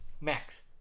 max